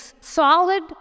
solid